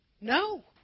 No